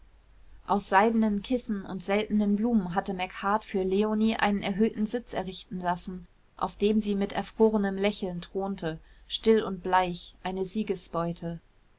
aus seidenen kissen und seltenen blumen hatte macheart für leonie einen erhöhten sitz errichten lassen auf dem sie mit erfrorenem lächeln thronte still und bleich eine siegesbeute